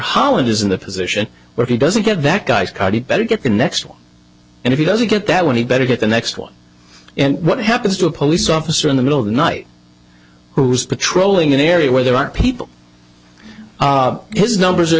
holland is in the position where he doesn't get that guy's car he better get the next one and if he doesn't get that one he better get the next one and what happens to a police officer in the middle of the night who's patrolling an area where there are people his numbers are